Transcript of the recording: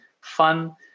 fun